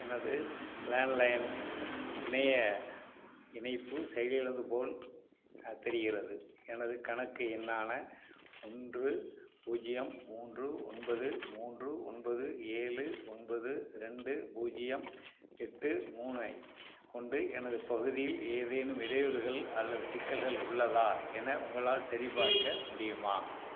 எனது landline இணைய இணைப்பு செயலிழந்ததுப் போல் தெரிகிறது எனது கணக்கு எண்ணான ஒன்று பூஜ்யம் மூன்று ஒன்பது மூன்று ஒன்பது ஏழு ஒன்பது ரெண்டு பூஜ்யம் எட்டு மூணைக் கொண்டு எனது பகுதியில் ஏதேனும் இடையூறுகள் அல்லது சிக்கல்கள் உள்ளதா என உங்களால் சரிபார்க்க முடியுமா